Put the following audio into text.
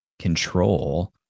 control